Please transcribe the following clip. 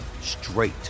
straight